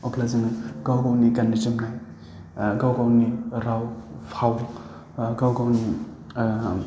अब्ला जोङो गाव गावनि गाननाय जोमग्रा गाव गावनि राव फाव गाव गावनि आं